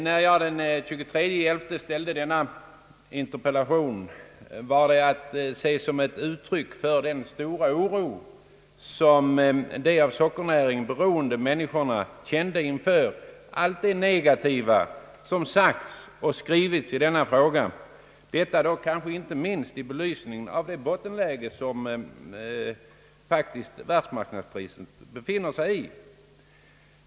När jag den 23 november ställde denna interpellation var det att se som ett uttryck för den stora oro, som de av sockernäringen beroende människorna kände inför allt det negativa som både sagts och skrivits i denna fråga; detta kanske inte minst i belysning av det bottenläge som vissa världsmarknadspriser befinner sig i.